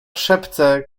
szepce